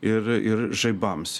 ir ir žaibams